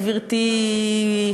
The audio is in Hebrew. גברתי,